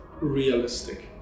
realistic